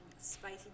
spicy